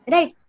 Right